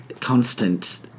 constant